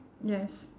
yes